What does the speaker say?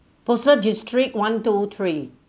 postal district one two three